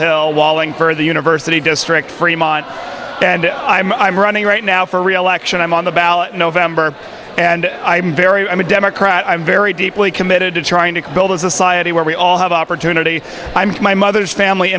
hill wallingford the university district fremont and i'm running right now for reelection i'm on the ballot in november and i'm very i'm a democrat i'm very deeply committed to trying to build a society where we all have opportunity i mean my mother's family